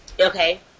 okay